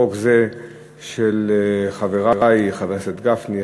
חוק זה של חברי חבר הכנסת גפני,